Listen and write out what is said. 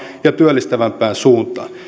ja työllistävämpään suuntaan